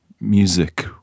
music